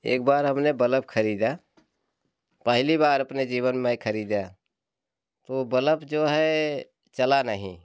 एक बार हमने बलब खरीदा पहली बार अपनी जीवन में ये खरीदा तो बलब जो है चला नहीं